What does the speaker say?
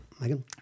Megan